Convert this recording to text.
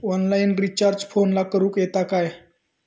Online recharge फोनला करूक येता काय?